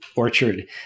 Orchard